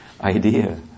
idea